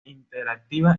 interactiva